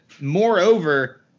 moreover